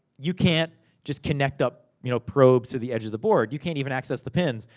you can't just connect up you know probes to the edge of the board. you can't even access the pins.